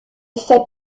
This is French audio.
fait